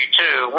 two